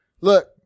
Look